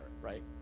right